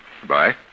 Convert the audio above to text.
Goodbye